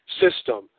System